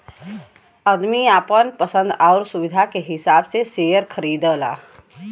आदमी आपन पसन्द आउर सुविधा के हिसाब से सेअर खरीदला